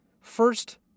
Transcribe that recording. First